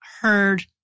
heard